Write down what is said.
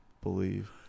believe